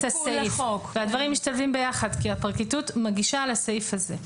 התיקון לחוק והדברים משתלבים ביחד כי הפרקליטות מגישה על הסעיף הזה.